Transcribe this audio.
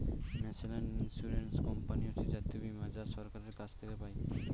national insurance company হচ্ছে জাতীয় বীমা যা সরকারের কাছ থেকে পাই